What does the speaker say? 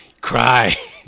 cry